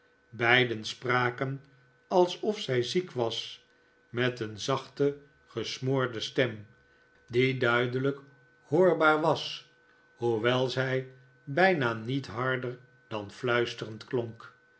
beiden spraken alsof zij ziek was met een zachte gesmoorde stem die duidelijk hoorbaar david copperfield was hoewel zij bijna niet harder dan fluisterend klonk